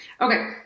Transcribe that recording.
Okay